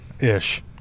ish